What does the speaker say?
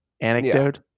Anecdote